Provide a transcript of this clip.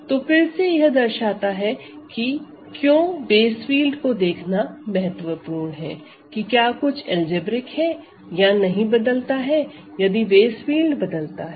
तो फिर से यह दर्शाता है कि क्यों बेस फील्ड को देखना महत्वपूर्ण है कि क्या कुछ अलजेब्रिक है या नहीं बदलता है यदि बेस फील्ड बदलता है